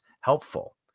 helpful